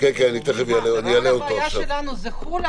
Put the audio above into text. הבעיה שלנו היא חו"ל?